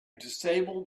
disabled